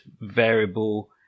variable